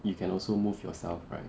you can also move yourself right